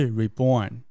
reborn